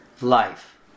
Life